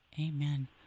Amen